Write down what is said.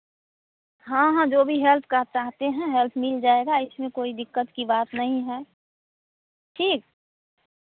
हाँ हाँ जो भी हेल्प कह चाहते हैं हेल्प मिल जाएगा इसमें कोई दिक्कत की बात नहीं है ठीक